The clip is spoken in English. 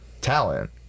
talent